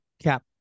Cap